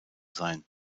sein